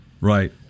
Right